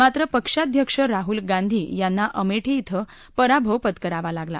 मात्र पक्षाध्यक्ष राहुल गांधी यांना अमेठी श्विं पराभव पत्करावा लागला